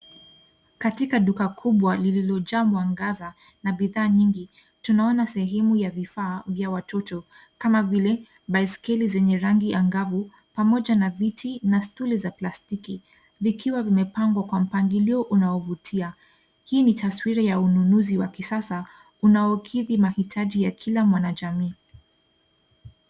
Katika duka kubwa lililojaa mwangaza na bidhaa nyingi tunaona sehemu ya vifaa vya watoto kama vile baiskeli zenye rangi angavu pamoja na viti na stuli za plastiki vikiwa vimepangwa kwa mpangilio unaovutia. Hii ni taswira ya ununuzi wa kisasa unaokidhi mahitaji ya kila mwana jamii.